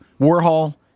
Warhol